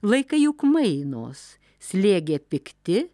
laikai juk mainos slėgė pikti